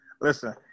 Listen